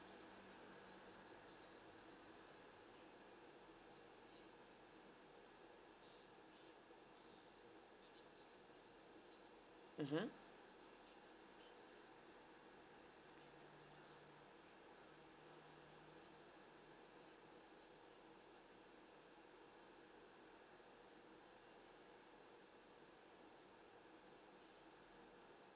mmhmm